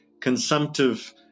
consumptive